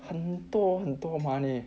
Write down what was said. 很多很多 money